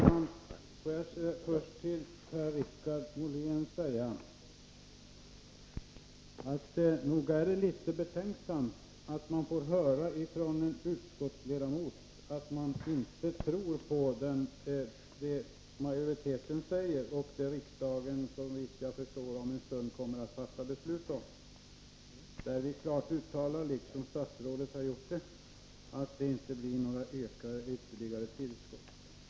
Herr talman! Nog är det litet betänkligt att från utskottsledamoten Per-Richard Molén få höra att han inte tror på vad majoriteten säger och på vad riksdagen, såvitt jag förstår, om en stund kommer att fatta beslut om. Utskottet uttalar i likhet med statsrådet att det inte blir fråga om några ytterligare tillskott.